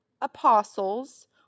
apostles